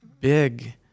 big